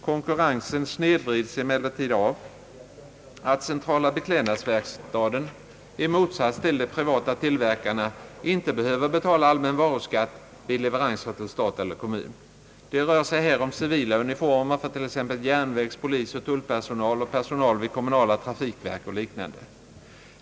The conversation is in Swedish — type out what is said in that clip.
Konkurrensen snedvrids emellertid av att centrala beklädnadsverkstaden i motsats till de privata tillverkarna inte behöver betala allmän varuskatt vid leveranser till stat eller kommun. Det rör sig här om civila uniformer för t.ex. järnvägs-, polisoch tullpersonal och personal vid kommunala trafikverk och liknande.